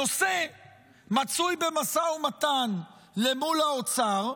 הנושא מצוי במשא ומתן מול האוצר,